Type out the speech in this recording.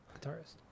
guitarist